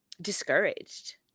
discouraged